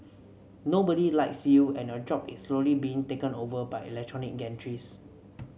nobody likes you and your job is slowly being taken over by electronic gantries